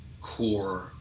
core